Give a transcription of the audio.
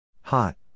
Hot